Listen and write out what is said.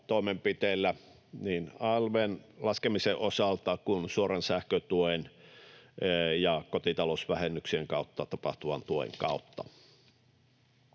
toimenpiteillä niin alv:n laskemisen osalta kuin suoran sähkötuen ja kotitalousvähennyksien kautta tapahtuvan tuen kautta.